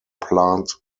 plant